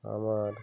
আমার